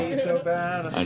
so bad,